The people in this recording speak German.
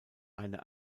eine